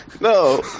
No